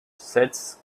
sets